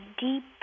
deep